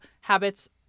habits